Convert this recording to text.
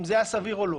אם היה סביר או לא.